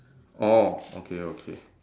orh okay okay